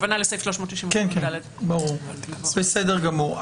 בסדר גמור.